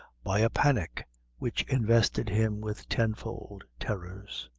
by a panic which invested him with tenfold terrors.